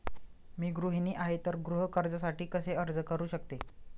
मी गृहिणी आहे तर गृह कर्जासाठी कसे अर्ज करू शकते?